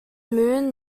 moon